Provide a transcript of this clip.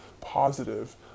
positive